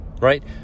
right